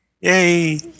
Yay